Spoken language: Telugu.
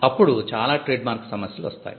అప్పుడు చాలా ట్రేడ్మార్క్ సమస్యలు వస్తాయి